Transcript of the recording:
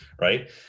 right